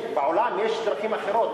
בעולם יש דרכים אחרות,